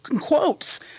quotes